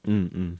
mm mm